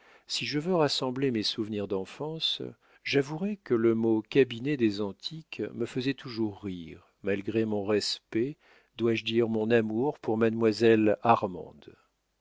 si je veux rassembler mes souvenirs d'enfance j'avouerai que le mot cabinet des antiques me faisait toujours rire malgré mon respect dois-je dire mon amour pour mademoiselle armande